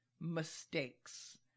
mistakes